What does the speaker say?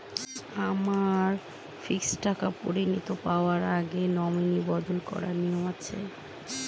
আমার ফিক্সড টাকা পরিনতি পাওয়ার আগে নমিনি বদল করার নিয়ম আছে?